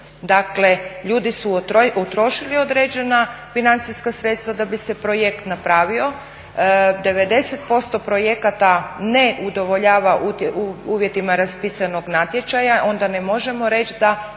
Dakle, ljudi su utrošili određena financijska sredstva da bi se projekt napravio, 90% projekata ne udovoljava uvjetima raspisanog natječaja i onda ne možemo reći da